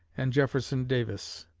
and jefferson davis.